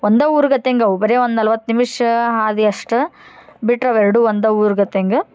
ಒಂದು ಊರು ಗತಿ ಅಂಗ ಅವ ಬರೆ ಒಂದು ನಲ್ವತ್ತು ನಿಮ್ಷ ಹಾದಿ ಅಷ್ಟ ಬಿಟ್ರ ಅವ ಎರಡು ಒಂದ ಊರು ಗತಿ ಹಂಗ